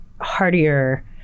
hardier